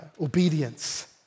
obedience